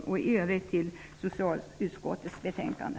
I övrigt yrkar jag bifall till hemställan i socialutskottets betänkande.